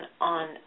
on